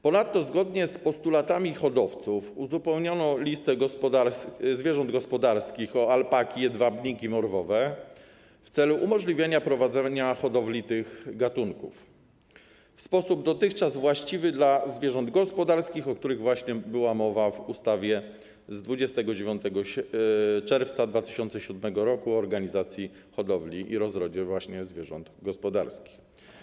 Ponadto zgodnie z postulatami hodowców uzupełniono listę gospodarstw, zwierząt gospodarskich o alpaki i jedwabniki morwowe w celu umożliwienia prowadzenia hodowli tych gatunków w sposób dotychczas właściwy dla zwierząt gospodarskich, o których właśnie była mowa w ustawie z 29 czerwca 2007 r. o organizacji hodowli i rozrodzie właśnie zwierząt gospodarskich.